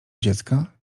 dziecka